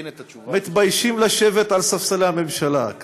מתביישים לשבת על ספסלי הממשלה.